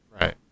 Right